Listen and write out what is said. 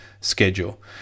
schedule